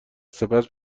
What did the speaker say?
سپس